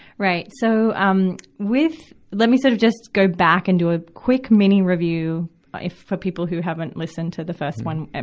right. so, um, with let me sort of just go back and do a quick mini review if, for people who haven't listened to the first one, and